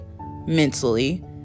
mentally